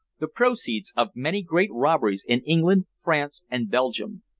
the proceeds of many great robberies in england, france and belgium.